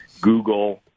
Google